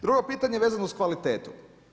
Drugo pitanje vezano uz kvalitetu.